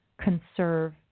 conserve